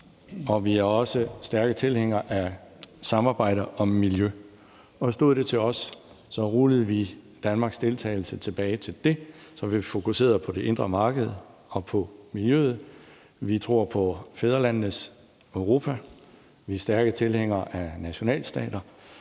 vi er også stærke tilhængere af samarbejde om miljø. Stod det til os, rullede vi Danmarks deltagelse tilbage til det, så vi fokuserede på det indre marked og på miljøet. Vi tror på fædrelandenes Europa, og vi er stærke tilhængere af nationalstater.